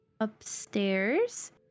upstairs